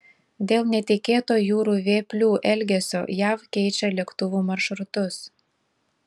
dėl netikėto jūrų vėplių elgesio jav keičia lėktuvų maršrutus